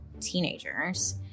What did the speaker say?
teenagers